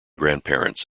grandparents